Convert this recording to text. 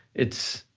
it's